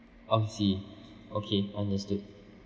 oh I see okay understood